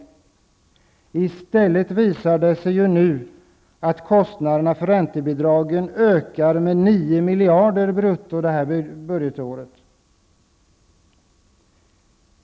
Men i stället, det visar sig nu, ökar kostnaderna för räntebidragen med 9 miljarder brutto detta budgetår.